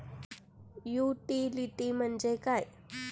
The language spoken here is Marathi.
युटिलिटी म्हणजे काय?